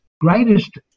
greatest